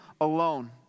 alone